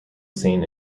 seen